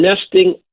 nesting